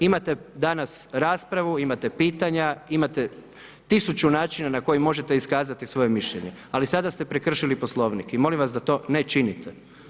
Imate danas raspravu, imate pitanja, imate tisuću načina na koji možete iskazati svoje mišljenje, ali sada ste prekršili Poslovnik i molim vas da to ne činite.